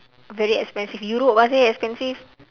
very expensive europe ah seh expensive